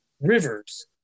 Rivers